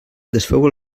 desfeu